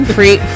Free